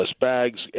bags